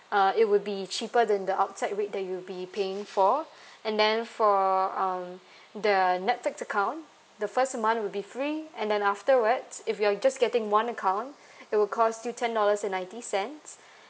uh it would be cheaper than the outside rate that you'll be paying for and then for um the netflix account the first month will be free and then afterwards if you're just getting one account it will cost you ten dollars and ninety cents